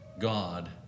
God